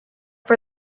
for